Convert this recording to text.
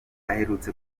aherutse